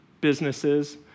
businesses